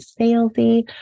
salesy